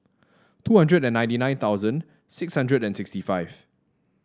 two hundred ninety nine thousand six hundred and sixty five